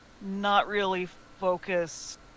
not-really-focused